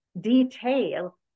detail